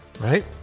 right